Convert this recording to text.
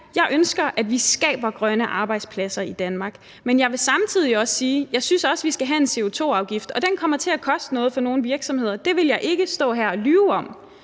jeg ønsker, at vi skaber grønne arbejdspladser i Danmark, men jeg vil samtidig også sige, at jeg også synes, at vi skal have en CO₂-afgift, og den kommer til at koste noget for nogle virksomheder. Det vil jeg ikke stå her